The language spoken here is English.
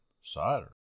cider